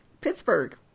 Pittsburgh